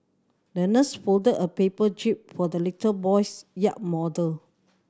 the nurse folded a paper jib for the little boy's yacht model